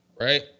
Right